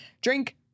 drink